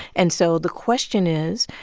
and so the question is,